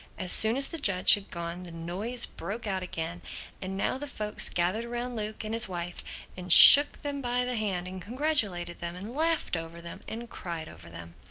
as soon as the judge had gone the noise broke out again and now the folks gathered round luke and his wife and shook them by the hand and congratulated them and laughed over them and cried over them.